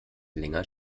länger